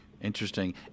Interesting